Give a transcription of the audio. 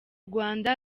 rwanda